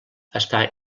està